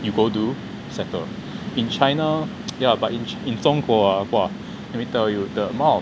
you go do settle in china yeah but in 中国 ah !wah! let me tell you the amount of